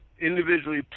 individually